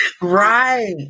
Right